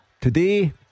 Today